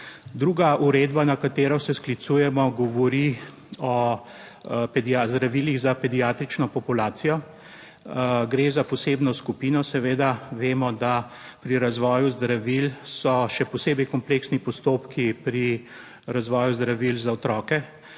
Druga uredba, na katero se sklicujemo, govori o zdravilih za pediatrično populacijo, gre za posebno skupino, seveda vemo, da pri razvoju zdravil, so še posebej kompleksni postopki pri razvoju zdravil za otroke,